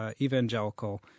evangelical